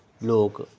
ਲੋਕ